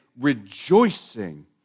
rejoicing